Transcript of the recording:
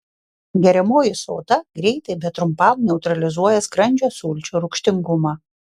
geriamoji soda greitai bet trumpam neutralizuoja skrandžio sulčių rūgštingumą